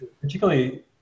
particularly